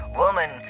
woman